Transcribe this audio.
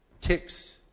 ticks